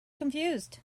confused